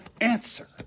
answer